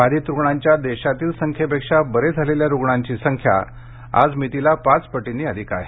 बाधित रुग्णांच्या देशातील संख्येपेक्षा बरे झालेल्या रुग्णांची संख्या आजमितीला पाचपटींनी अधिक आहे